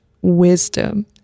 wisdom